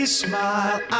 smile